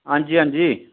हांजी हांजी